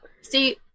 see